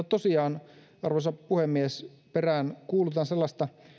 tosiaan arvoisa puhemies peräänkuulutan sellaista